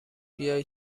بیای